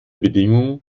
bedingung